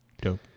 Dope